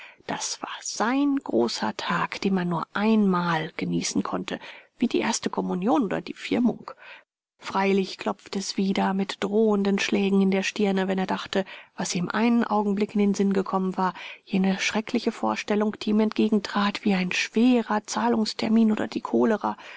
das war sein großer tag den man nur einmal genießen konnte wie die erste kommunion oder die firmung freilich klopfte es wieder mit drohenden schlägen in der stirne wenn er dachte was ihm einen augenblick in den sinn gekommen war jene schreckliche vorstellung die ihm entgegentrat wie ein schwerer zahlungstermin oder die cholera